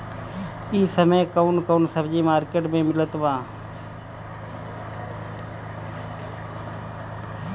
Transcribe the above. इह समय कउन कउन सब्जी मर्केट में मिलत बा?